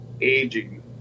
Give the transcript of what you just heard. aging